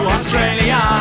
Australia